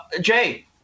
Jay